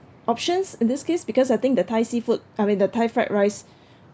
options in this case because I think the thai seafood I mean the thai fried rice